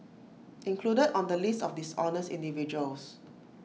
included on the list of dishonest individuals